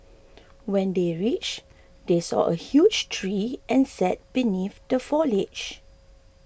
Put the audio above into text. when they reached they saw a huge tree and sat beneath the foliage